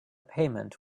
payment